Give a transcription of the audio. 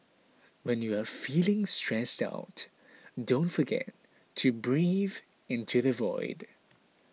when you are feeling stressed out don't forget to breathe into the void